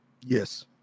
yes